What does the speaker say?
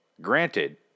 Granted